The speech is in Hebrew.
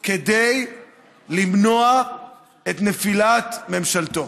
כדי למנוע את נפילת ממשלתו.